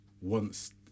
wants